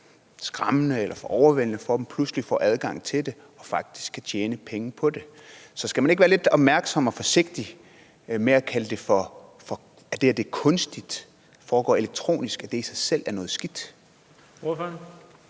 skræmmende eller det var for overvældende for dem, pludselig får adgang til det og faktisk kan tjene penge på det. Så skal man ikke være lidt opmærksom og forsigtig med at kalde det for, at det er kunstigt, at det foregår elektronisk, og at det i sig selv er noget skidt?